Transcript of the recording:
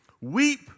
weep